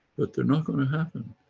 but they're not going to happen.